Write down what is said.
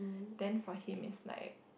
then for him is like